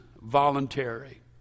voluntary